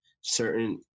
certain